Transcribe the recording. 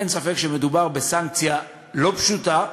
אין ספק שמדובר בסנקציה לא פשוטה.